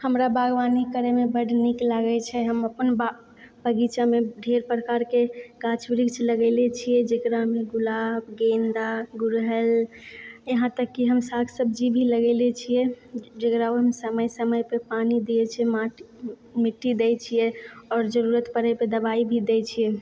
हमरा बागवानी करएमे बड नीक लागैत छै हम अपन बाग बगीचामे ढ़ेर प्रकारके गाछ वृक्ष लगेले छियै जकरामे गुलाब गेंदा गुड़हल यहाँतक की हम साग सब्जी भी लगेले छियै जेकरामे हम समय समय पर पानि देइ छियै माटी मिट्टी दए छियै आओर जरूरत परै पे दवाइ भी दए छियै